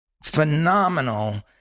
phenomenal